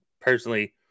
personally